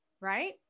right